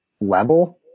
level